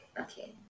okay